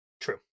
True